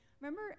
remember